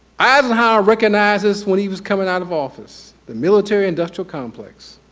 eisenhower recognized this when he was coming out of office, the military-industrial complex.